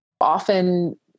often